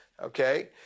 Okay